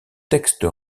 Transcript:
textes